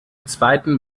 zweiten